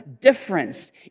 difference